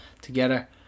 together